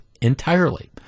entirely